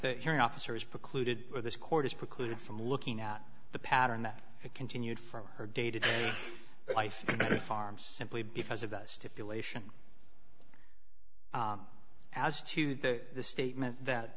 the hearing officer is precluded or this court is precluded from looking at the pattern that it continued for her day to day life farm simply because of the stipulation as to the statement that